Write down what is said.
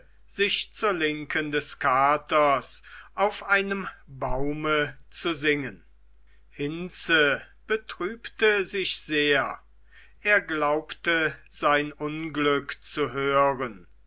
sich zur linken des katers auf einem baume zu singen hinze betrübte sich sehr er glaubte sein unglück zu hören